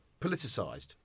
politicised